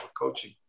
coaching